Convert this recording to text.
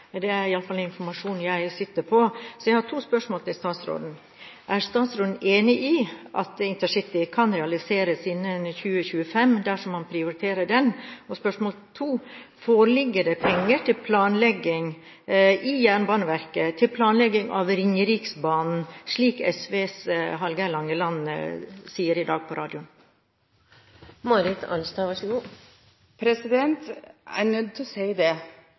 Det er iallfall informasjon jeg sitter på. Så jeg har to spørsmål til statsråden – først: Er statsråden enig i at InterCity kan realiseres innen 2025 dersom man prioriterer det? Og spørsmål to: Foreligger det penger i Jernbaneverket til planlegging av Ringeriksbanen, slik SVs Hallgeir H. Langeland sier i dag på radioen? Jeg er nødt til å si